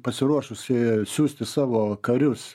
pasiruošusi siųsti savo karius